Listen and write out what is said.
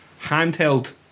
Handheld